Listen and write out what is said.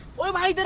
mom i